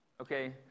Okay